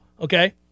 Okay